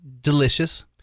delicious